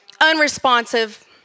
unresponsive